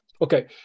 Okay